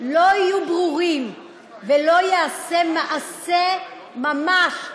לא יהיו ברורים ולא ייעשה מעשה ממש,